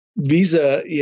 Visa